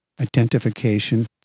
identification